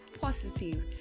positive